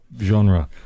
genre